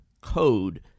Code